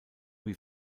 wie